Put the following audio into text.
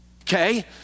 okay